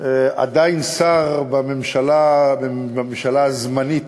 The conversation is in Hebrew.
עדיין שר בממשלה, בממשלה הזמנית,